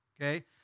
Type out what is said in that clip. okay